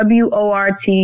wort